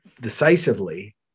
decisively